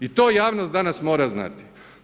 I to javnost danas mora znati.